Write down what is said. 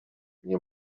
nie